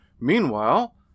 Meanwhile